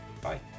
Bye